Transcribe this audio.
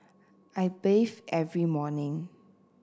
I bathe every morning